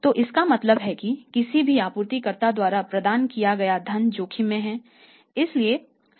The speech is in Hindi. तो इसका मतलब है कि किसी भी आपूर्तिकर्ता द्वारा प्रदान किया गया धन जोखिम में है